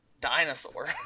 dinosaur